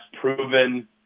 proven